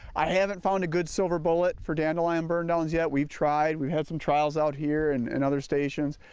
i haven't found a good silver bullet for dandelion burn downs yet. we've tried. we've had some trials out here and and other stations.